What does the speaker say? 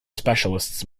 specialists